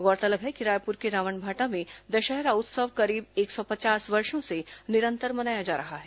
गौरतलब है कि रायपुर के रावणभाटा में दशहरा उत्सव करीब एक सौ पचास वर्षो से निरंतर मनाया जा रहा है